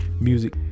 music